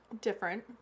different